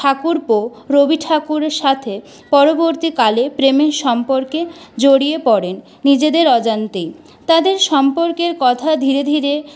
ঠাকুরপো রবি ঠাকুরের সাথে পরবর্তীকালে প্রেমের সম্পর্কে জড়িয়ে পড়েন নিজেদের অজান্তেই তাদের সম্পর্কের কথা ধীরে ধীরে